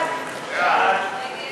יעקב פרי, עפר שלח, חיים ילין, קארין אלהרר,